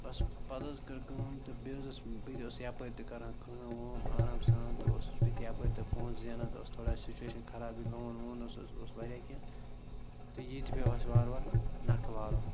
بَس پَتہٕ حظ کٔر کٲم تہٕ بیٚیہِ حظ اوس بہٕ تہِ اوس یَپٲرۍ تہِ کَران کٲم وٲم آرام سان تہٕ اوسُس بہٕ تہِ یَپٲرۍ تہٕ پونٛسہٕ زینان تہٕ ٲس تھوڑا سِچویشَن خرابٕے لون وون اوس حظ اوس واریاہ کیٚنٛہہ تہٕ یہِ تہِ پیوٚو اَسہِ وارٕ وارٕ نَکھٕ والُن